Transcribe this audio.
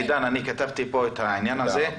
עידן, אני כתבתי פה את העניין הזה.